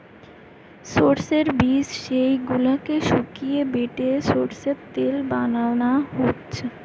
সোর্সের বীজ যেই গুলাকে শুকিয়ে বেটে সোর্সের তেল বানানা হচ্ছে